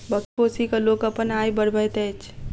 बकरी पोसि क लोक अपन आय बढ़बैत अछि